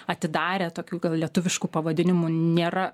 atidarę tokių kad lietuviškų pavadinimų nėra